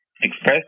express